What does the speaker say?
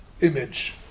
image